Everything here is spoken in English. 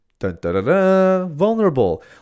vulnerable